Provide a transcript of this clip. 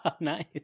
Nice